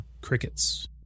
crickets